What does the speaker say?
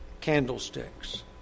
candlesticks